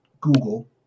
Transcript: google